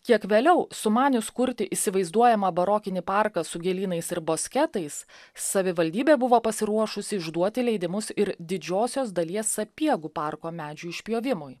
kiek vėliau sumanius kurti įsivaizduojamą barokinį parką su gėlynais ir bosketais savivaldybė buvo pasiruošusi išduoti leidimus ir didžiosios dalies sapiegų parko medžių išpjovimui